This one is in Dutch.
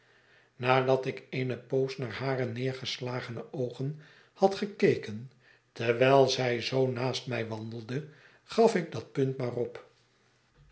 nadat ik eene poos naar hare neergeslagene oogen had gekeken terwijl zij zoo naast mij wandelde gaf ik dat punt maar op